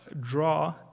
draw